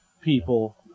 people